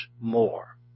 more